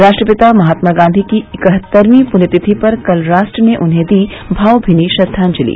राष्ट्रपिता महात्मा गांधी की इकहत्तरवीं पुण्यतिथि पर कल राष्ट्र ने उन्हें दी भावभीनी श्रद्वांजलि